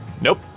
Nope